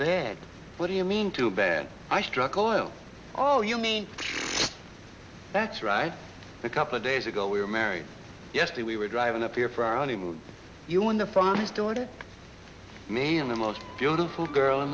bed what do you mean to bed i struck oil oh you mean that's right the couple of days ago we were married yesterday we were driving up here for our only move you in the front door to me in the most beautiful girl in